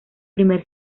primer